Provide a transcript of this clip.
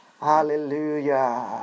Hallelujah